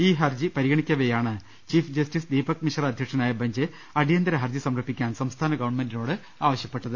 ഈ ഹർജി പരിഗണിക്കവെയാണ് ചീഫ് ജസ്റ്റിസ് ദീപക്മിശ്ര അധ്യക്ഷനായ ബഞ്ച് അടിയന്തര ഹർജി സമർപ്പിക്കാൻ സംസ്ഥാന ഗവൺമെന്റിനോട് ആവശ്യപ്പെട്ടത്